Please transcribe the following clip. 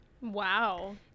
Wow